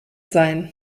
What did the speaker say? sein